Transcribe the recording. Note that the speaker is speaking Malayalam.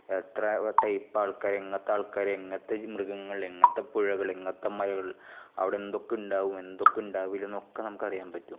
എത്ര ടൈപ് ആൾക്കാർ എങ്ങനത്തെ ആൾക്കാർ എങ്ങനത്തെ മൃഗങ്ങൾ എങ്ങനത്തെ പുഴകൾ എങ്ങനത്തെ മലകൾ അവിടെ എന്തൊക്കെ ഉണ്ടാവും എന്തൊക്കെ ഉണ്ടാവില്ല എന്നൊക്കെ നമുക്കറിയാൻ പറ്റും